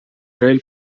rail